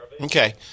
Okay